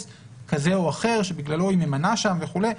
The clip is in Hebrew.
כזה או אחר שבגללו היא ממנה שם וכולי.